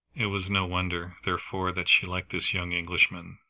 it was no wonder, therefore, that she liked this young englishman,